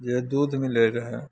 जे दूध मिलै रहै